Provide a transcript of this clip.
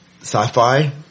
sci-fi –